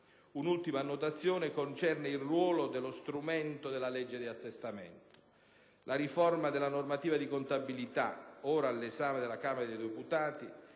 Un'ultima annotazione concerne il ruolo dello strumento della legge di assestamento. La riforma della normativa di contabilità ora all'esame della Camera dei deputati,